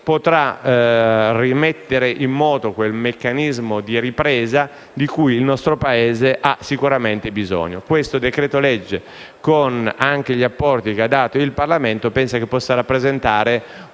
possa rimettere in moto quel meccanismo di ripresa di cui il nostro Paese ha sicuramente bisogno. Questo decreto-legge, anche con gli apporti dati dal Parlamento, credo possa rappresentare